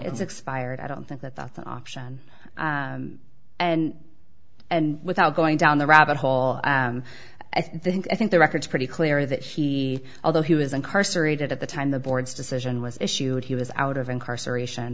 it's expired i don't think that that's an option and and without going down the rabbit hole i think i think the record is pretty clear that he although he was incarcerated at the time the board's decision was issued he was out of incarceration